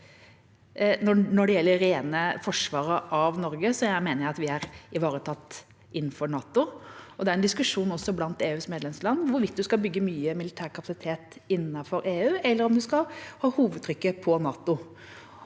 Når det gjelder det rene forsvaret av Norge, mener jeg at vi er ivaretatt innenfor NATO. Det er en diskusjon også blant EUs medlemsland om hvorvidt en skal bygge mye militær kapasitet innenfor EU, eller om en skal ha hovedtrykket på NATO.